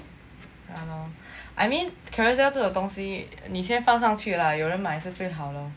I mean Carousell 这种东西你先放上去啦有人买是最好咯